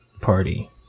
party